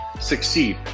succeed